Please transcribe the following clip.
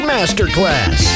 Masterclass